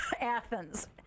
Athens